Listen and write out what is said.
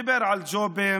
הוא דיבר על ג'ובים,